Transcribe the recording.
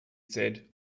said